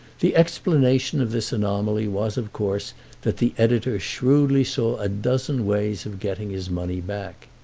the explanation of this anomaly was of course that the editor shrewdly saw a dozen ways of getting his money back.